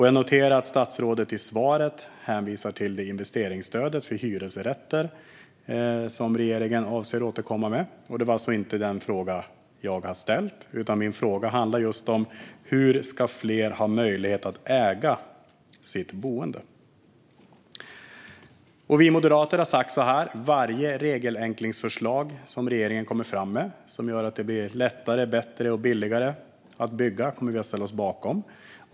Jag noterar att statsrådet i svaret hänvisar till det investeringsstöd för hyresrätter som regeringen avser att återkomma med. Men det var inte den frågan jag ställde, utan min fråga handlade om hur fler ska ha möjlighet att äga sitt boende. Vi moderater har sagt så här: Varje regelförenklingsförslag från regeringen som gör det lättare, bättre och billigare att bygga kommer vi att ställa oss bakom.